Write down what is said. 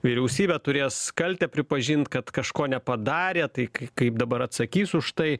vyriausybė turės kaltę pripažint kad kažko nepadarė tai kaip dabar atsakys už tai